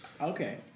Okay